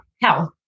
health